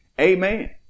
amen